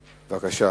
בנושא: